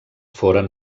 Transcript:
foren